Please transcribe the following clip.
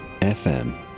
FM